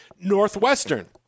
Northwestern